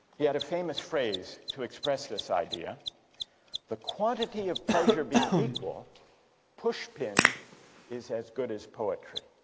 yet a famous phrase to express this idea the quantity of pleasure being equal pushpin is as good as poetry.